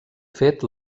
fet